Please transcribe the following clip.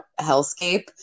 hellscape